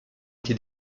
été